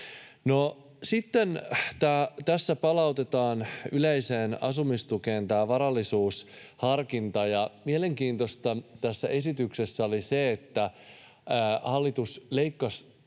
Sitten tässä palautetaan yleiseen asumistukeen tämä varallisuusharkinta, ja mielenkiintoista tässä esityksessä oli se, että hallitus leikkasi